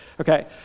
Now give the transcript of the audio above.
okay